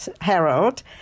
Harold